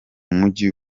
mugwi